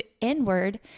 inward